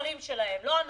בשרים שלהם, לא אנחנו.